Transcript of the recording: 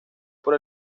por